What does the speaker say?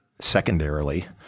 secondarily